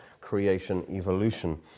creation-evolution